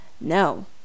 no